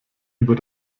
über